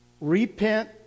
Repent